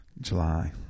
July